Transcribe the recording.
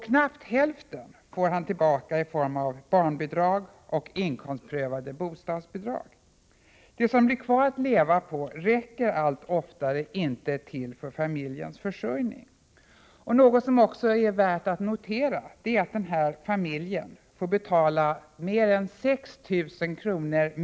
Knappt hälften får han tillbaka i form av barnbidrag och inkomstprövade bostadsbidrag. Det som blir kvar att leva på räcker alltmer sällan till för familjens försörjning. Något som också är värt att notera är att denna familj får betala drygt 6 000 kr.